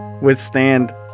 withstand